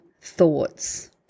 thoughts